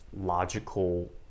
logical